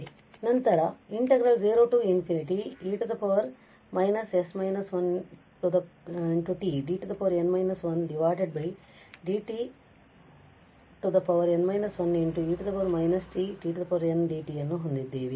ನಂತರ ನಾವು 0 e −s−1t d n−1 dt n−1 e −t t n dt ಯನ್ನು ಹೊಂದಿದ್ದೇವೆ